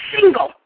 single